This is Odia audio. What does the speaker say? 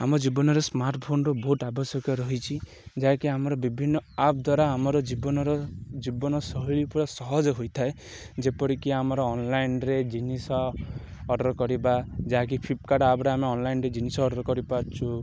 ଆମ ଜୀବନରେ ସ୍ମାର୍ଟଫୋନରୁ ବହୁତ ଆବଶ୍ୟକ ରହିଛି ଯାହାକି ଆମର ବିଭିନ୍ନ ଆପ୍ ଦ୍ୱାରା ଆମର ଜୀବନର ଜୀବନଶୈଳୀ ପୁରା ସହଜ ହୋଇଥାଏ ଯେପରିକି ଆମର ଅନଲାଇନରେ ଜିନିଷ ଅର୍ଡ଼ର କରିବା ଯାହାକି ଫ୍ଲିପକାର୍ଟ ଆପରେ ଆମେ ଅନଲାଇନରେ ଜିନିଷ ଅର୍ଡ଼ର କରିପାରୁଛୁ